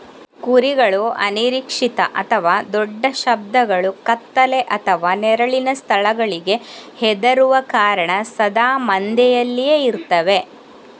ಕುರಿಗಳು ಅನಿರೀಕ್ಷಿತ ಅಥವಾ ದೊಡ್ಡ ಶಬ್ದಗಳು, ಕತ್ತಲೆ ಅಥವಾ ನೆರಳಿನ ಸ್ಥಳಗಳಿಗೆ ಹೆದರುವ ಕಾರಣ ಸದಾ ಮಂದೆಯಲ್ಲಿಯೇ ಇರ್ತವೆ